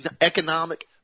economic